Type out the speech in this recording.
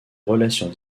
relations